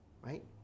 right